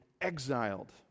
exiled